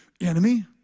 enemy